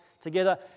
together